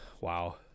Wow